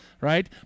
right